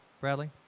Bradley